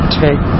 take